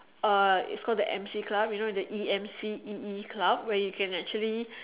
uh it's called the emcee club you know the E M C E E club where you can actually